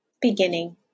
beginning